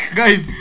guys